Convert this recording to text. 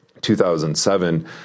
2007